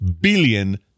billion